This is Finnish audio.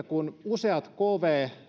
kun useat kv